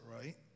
right